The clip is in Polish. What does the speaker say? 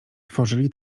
tworzyli